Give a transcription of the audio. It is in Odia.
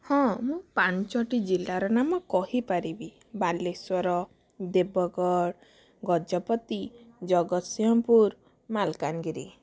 ହଁ ମୁଁ ପାଞ୍ଚଟି ଜିଲ୍ଲାର ନାମ କହି ପାରିବି ବାଲେଶ୍ୱର ଦେବଗଡ଼ ଗଜପତି ଜଗତସିଂହପୁର ମାଲକାନଗିରି